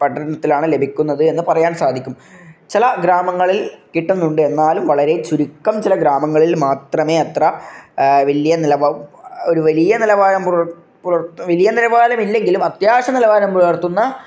പട്ടണത്തിലാണ് ലഭിക്കുന്നത് എന്ന് പറയാൻ സാധിക്കും ചില ഗ്രാമങ്ങളിൽ കിട്ടുന്നുണ്ട് എന്നാലും വളരെ ചുരുക്കം ചില ഗ്രാമങ്ങളിൽ മാത്രമേ അത്ര വലിയ നിലവാ ഒരു വലിയ നിലവാരം പുലർത്തു പുലർത്തു വലിയ നിലവാരം ഇല്ലെങ്കിലും അത്യാവശ്യം നിലവാരം പുലർത്തുന്ന